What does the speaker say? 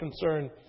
concern